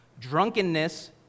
drunkenness